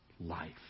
life